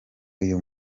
uyu